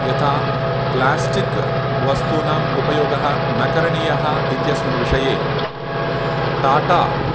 यथा प्लेस्टिक् वस्तूनाम् उपयोगः न करणीयः इत्यस्मिन् विषये टाटा